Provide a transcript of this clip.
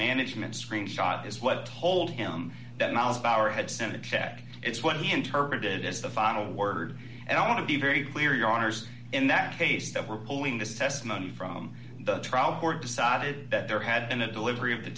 management screen shot is what told him that knowledge power had sent a check it's what he interpreted as the final word and i want to be very clear yawners in that case that we're pulling this testimony from the trial court decided that there had been a delivery of the